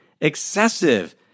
excessive